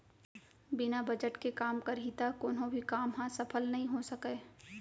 बिना बजट के काम करही त कोनो भी काम ह सफल नइ हो सकय